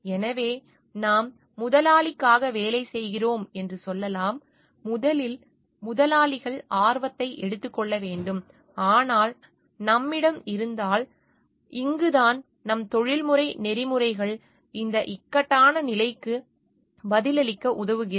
எனவே நாம் முதலாளிக்காக வேலை செய்கிறோம் என்று சொல்லலாம் முதலில் முதலாளிகளின் ஆர்வத்தை எடுத்துக் கொள்ள வேண்டும் ஆனால் நம்மிடம் இருந்தால் ஆனால் இங்குதான் நம் தொழில்முறை நெறிமுறைகள் இந்த இக்கட்டான நிலைக்கு பதிலளிக்க உதவுகிறது